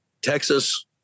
Texas